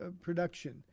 production